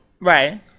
Right